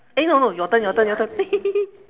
eh no no your turn your turn your turn